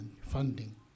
funding